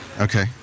Okay